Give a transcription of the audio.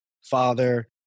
father